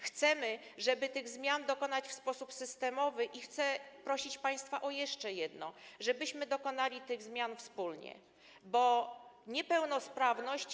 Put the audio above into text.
Chcemy, żeby tych zmian dokonać w sposób systemowy, i chcę prosić państwa o jeszcze jedno: żebyśmy dokonali tych zmian wspólnie, bo niepełnosprawność.